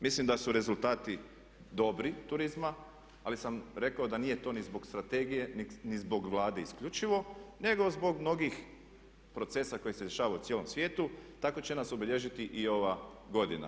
Mislim da su rezultati dobri turizma, ali sam rekao da nije to ni zbog strategije, ni zbog Vlade isključivo, nego zbog mnogih procesa koji se dešavaju u cijelom svijetu, tako će nas obilježiti i ova godina.